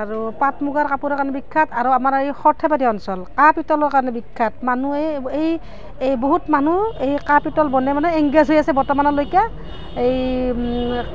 আৰু পাট মুগাৰ কাপোৰৰ কাৰণে বিখ্যাত আৰু আমাৰ এই সৰ্থেবাৰী অঞ্চল কাঁহ পিতলৰ কাৰণে বিখ্যাত মানুহে এই এই বহুত মানুহ এই কাঁহ পিতল বনাই মানে এংগেজ হৈ আছে বৰ্তমানলৈকে এই